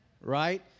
right